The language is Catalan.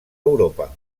europa